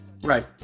Right